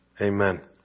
Amen